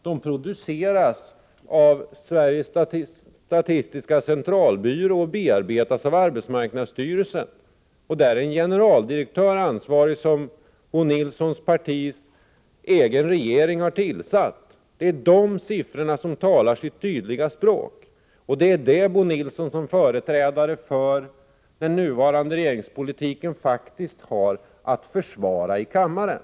Den produceras av Sveriges statistiska centralbyrå och bearbetas av arbetsmarknadsstyrelsen, och ansvarig där är en generaldirektör som socialdemokraternas egen regering har tillsatt. De siffrorna har Bo Nilsson, som företrädare för den nuvarande regeringspolitiken, faktiskt att försvara i kammaren.